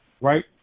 right